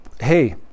hey